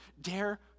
dare